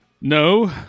No